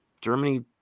Germany